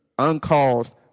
Uncaused